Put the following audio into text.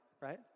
Right